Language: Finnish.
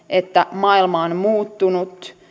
että maailma on on muuttunut